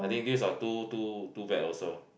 I think these are too too too bad also